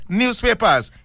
newspapers